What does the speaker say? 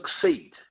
succeed